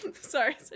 Sorry